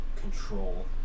control